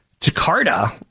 Jakarta